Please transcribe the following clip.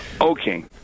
Okay